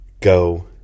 go